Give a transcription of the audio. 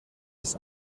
des